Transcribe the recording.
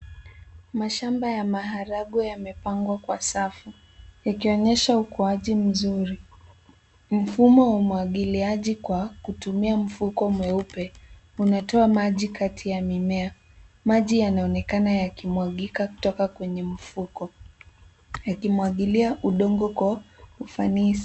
Mashamba ya maharagwe yamepangwa kwa safu ikionyesha ukuaji mzuri. Mfumo wa umwagiliaji kwa kutumia mfuko mweupe unatoa maji kati ya mimea. Maji yanaonekana yakimwagika kutoka kwenye mfuko yakimwagilia udongo kwa ufanisi.